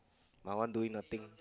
my one doing nothing